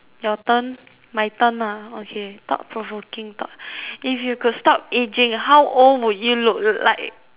your turn my turn lah okay thought provoking thought if you could stop ageing how old would you look like